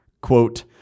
quote